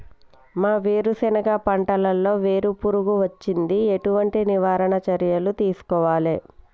మా వేరుశెనగ పంటలలో వేరు పురుగు వచ్చింది? ఎటువంటి నివారణ చర్యలు తీసుకోవాలే?